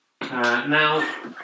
Now